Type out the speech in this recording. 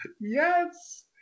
Yes